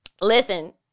listen